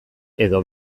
edo